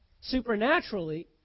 supernaturally